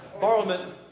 Parliament